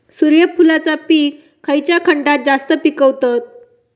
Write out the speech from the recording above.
सूर्यफूलाचा पीक खयच्या खंडात जास्त पिकवतत?